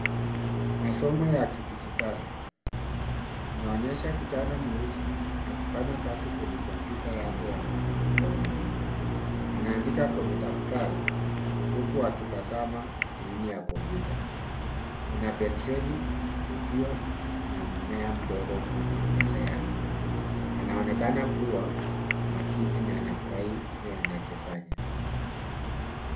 Masomo ya kidijitali inaonyesha kijana mweusi akifanya kazi kwenye kompyuta yake ya mkononi. Anaandika kwenye daftari, huku akitazama skrini ya kompyuta. Kuna penseli, kifutio na mmea mdogo kwenye meza yake. Anaonekana kuwa makini na anafurahi ile anachofanya.